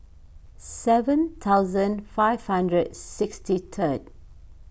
seven thousand five hundred sixty third